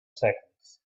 seconds